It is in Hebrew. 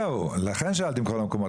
לכן שאלתי אם בכל המקומות.